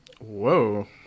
Whoa